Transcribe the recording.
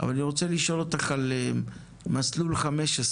אבל אני רוצה לשאול אותך על מסלול 15,